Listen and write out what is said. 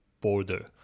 border